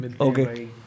Okay